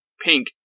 pink